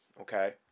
okay